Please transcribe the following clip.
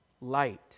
light